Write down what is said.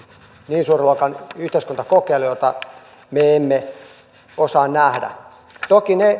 niin suuren luokan yhteiskuntakokeilu että me emme osaa sitä nähdä toki